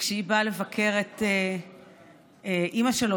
כשהיא באה לבקר את אימא שלו,